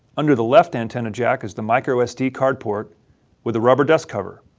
under the left antenna jack is the microsd card port with a rubber dust cover.